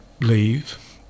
leave